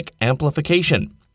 amplification